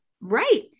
right